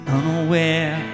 unaware